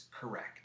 correct